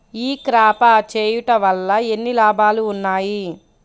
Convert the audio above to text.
ఈ క్రాప చేయుట వల్ల ఎన్ని లాభాలు ఉన్నాయి?